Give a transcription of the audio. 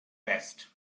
vest